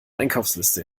einkaufsliste